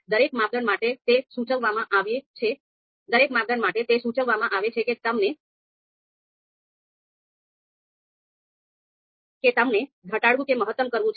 દરેક માપદંડ માટે તે સૂચવવામાં આવે છે કે તેમણે ઘટાડવું કે મહત્તમ કરવાનું છે